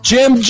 Jim